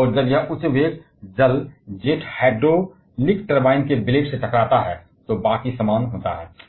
और जब यह उच्च वेग जल जेट हाइड्रोलिक टरबाइन के ब्लेड से टकराता है तब बाकी वही है